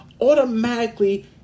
automatically